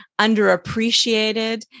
underappreciated